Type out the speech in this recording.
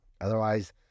otherwise